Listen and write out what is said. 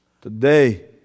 Today